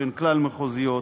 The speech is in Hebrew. שהן כלל-מחוזיות,